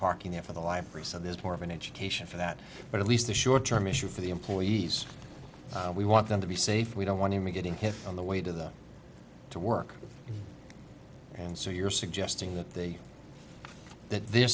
parking it for the life reason there's more of an education for that but at least the short term issue for the employees we want them to be safe we don't want to be getting hit on the way to them to work and so you're suggesting that they that th